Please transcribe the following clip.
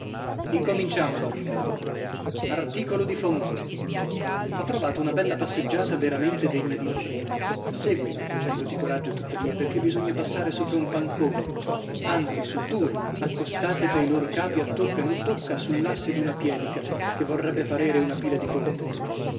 incominciamo ad ogni modo articolo di fondo ho trovato una bella passeggiata veramente degna di noi seguimi facendoti coraggio tuttavia perchè bisogna passare sopra un pancone anzi su due accostati pei lor capi a tocca e non tocca sull'asse d'una piedica che vorrebbe parere una pila di ponte